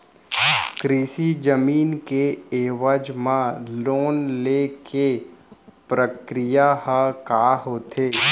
कृषि जमीन के एवज म लोन ले के प्रक्रिया ह का होथे?